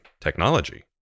technology